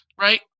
right